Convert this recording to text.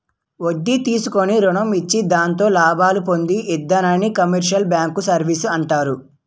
వడ్డీ తీసుకుని రుణం ఇచ్చి దాంతో లాభాలు పొందు ఇధానాన్ని కమర్షియల్ బ్యాంకు సర్వీసు అంటారు